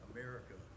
America